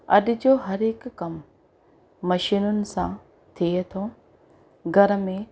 अॼ जो हर हिकु कमु मशीनुनि सां थिए थो घर में